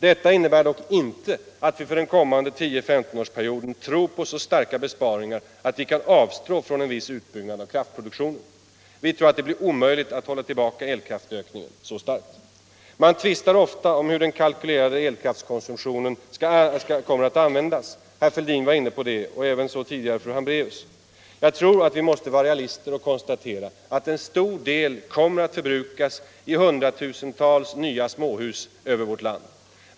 Detta innebär dock inte att vi för den kommande 10-15-årsperioden tror på så starka besparingar att vi kan avstå från en viss utbyggnad av kraftproduktionen. Vi tror att det blir omöjligt att hålla tillbaka elkraftsökningen så starkt. Man tvistar ofta om hur den kalkylerade elkraftskonsumtionsökningen kommer att användas. Herr Fälldin var inne på det och ävenså tidigare fru Hambraeus. Jag tror att vi måste vara realister och konstatera att en stor del kommer att förbrukas i hundratusentals nya småhus över vårt land.